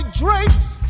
drink's